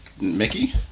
Mickey